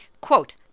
quote